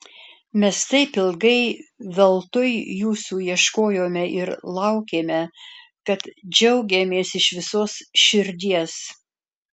mes taip ilgai veltui jūsų ieškojome ir laukėme kad džiaugiamės iš visos širdies